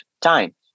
time